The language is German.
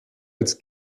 als